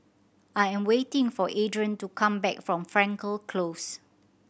I am waiting for Adron to come back from Frankel Close